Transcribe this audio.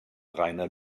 reiner